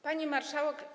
Pani Marszałek!